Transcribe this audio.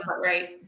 Right